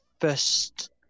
first